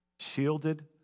shielded